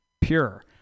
pure